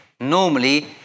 normally